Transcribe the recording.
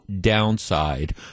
downside